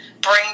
Bring